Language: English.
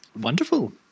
Wonderful